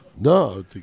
No